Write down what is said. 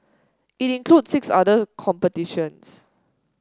it includes six other competitions